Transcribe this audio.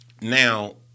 now